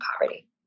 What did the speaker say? poverty